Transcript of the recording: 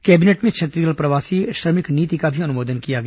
cabinet में छत्तीसगढ प्रवासी श्रमिक नीति का भी अनुमोदन किया गया